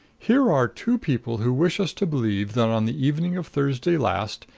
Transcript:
here are two people who wish us to believe that on the evening of thursday last,